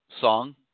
song